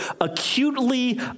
acutely